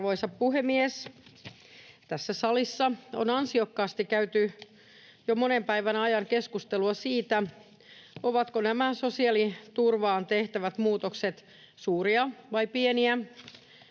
Arvoisa puhemies! Tässä salissa on ansiokkaasti käyty jo monen päivän ajan keskustelua siitä, ovatko nämä sosiaaliturvaan tehtävät muutokset suuria vai pieniä,